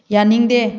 ꯌꯥꯅꯤꯡꯗꯦ